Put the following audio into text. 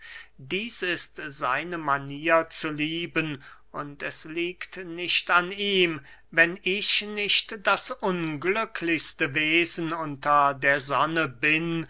dieß ist seine manier zu lieben und es liegt nicht an ihm wenn ich nicht das glücklichste wesen unter der sonne bin